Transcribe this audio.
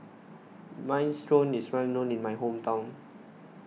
Minestrone is well known in my hometown